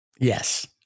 Yes